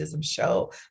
Show